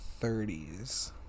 30s